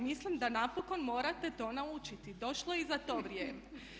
Mislim da napokon morate to naučiti, došlo je i za to vrijeme.